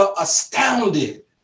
astounded